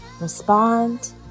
respond